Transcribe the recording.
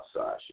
outside